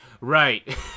right